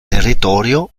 territorio